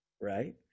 right